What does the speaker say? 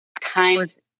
times